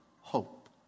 hope